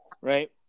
Right